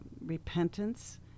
repentance